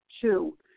Two